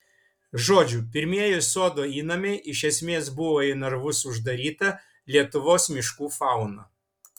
žodžiu pirmieji sodo įnamiai iš esmės buvo į narvus uždaryta lietuvos miškų fauna